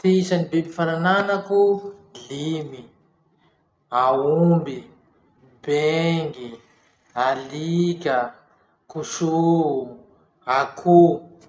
Ty isan'ny biby fa nananako limy: aomby, bengy, alika, koso, akoho.